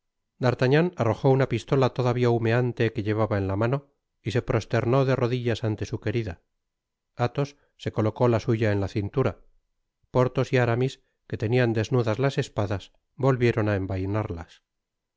d'artagnan arrojó una pistola todavia hemeante que llevaba en la mano y se prosternó de rodillas ante su querida athos se colocó la suya en la cintura porthos y aramis qut tenian desnudas las espadas volvieron á envainarlas